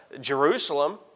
Jerusalem